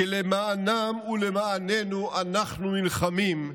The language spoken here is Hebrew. כי למענם ולמעננו אנחנו נלחמים,